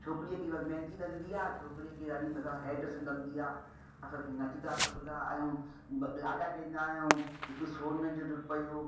छोकिरीअ खे मेंहदी लॻंदी आहे छोकिरे खे हेड सूंढ लॻंदी आहे असां नचंदा टपंदा आहियूं लाॾा चवंदा आहियूं हिकु सोन जो रुपयो